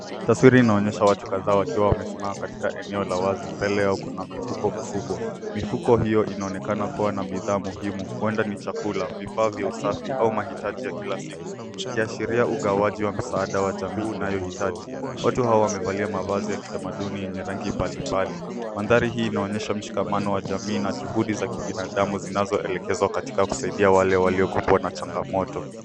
Taswira inaonyesha watu kadhaa wakiwa wamesimama katika eneo la wazi mbele yao kuna mifuko mikubwa. Mifuko hiyo inaonekana kuwa na bidhaa muhimu huenda ni chakula, vifaa vya usafi au mahitaji ya kila siku, ikiashiria ugawaji wa msaada wa jamii inayohitaji. Watu hawa wamevalia mavazi ya kitamaduni yenye rangi mbalimbali. Mandhari hii inaonyesha mshikamano wa jamii na juhudi za kibinadamu zinazoelekezwa katika kusaidia wale walikumbwa na changamoto.